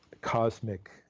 cosmic